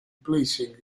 placing